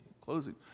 closing